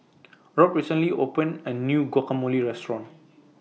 Robb recently opened A New Guacamole Restaurant